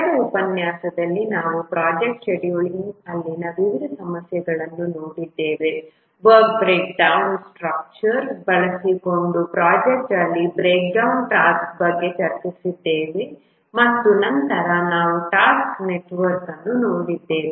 ಕಳೆದ ಉಪನ್ಯಾಸದಲ್ಲಿ ನಾವು ಪ್ರೊಜೆಕ್ಟ್ ಶೆಡ್ಯೂಲಿಂಗ್ ಅಲ್ಲಿನ ವಿವಿಧ ಸಮಸ್ಯೆಗಳನ್ನು ನೋಡಿದ್ದೇವೆ ವರ್ಕ್ ಬ್ರೇಕ್ ಡೌನ್ ಸ್ಟ್ರಕ್ಚರ್ ಬಳಸಿಕೊಂಡು ಪ್ರೊಜೆಕ್ಟ್ ಅಲ್ಲಿ ಬ್ರೇಕ್ ಡೌನ್ ಟಾಸ್ಕ್ ಬಗ್ಗೆ ನಾವು ಚರ್ಚಿಸಿದ್ದೇವೆ ಮತ್ತು ನಂತರ ನಾವು ಟಾಸ್ಕ್ ನೆಟ್ವರ್ಕ್ ಅನ್ನು ನೋಡಿದ್ದೇವೆ